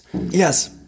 yes